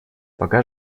пока